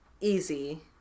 easy